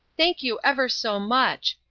thank you ever so much.